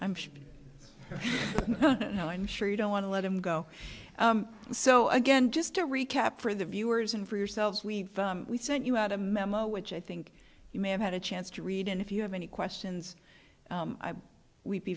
know i'm sure you don't want to let him go so again just to recap for the viewers and for yourselves we've we sent you out a memo which i think you may have had a chance to read and if you have any questions we'd be